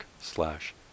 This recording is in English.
slash